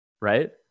right